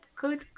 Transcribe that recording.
good